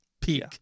peak